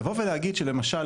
לבוא ולהגיד שלמשל,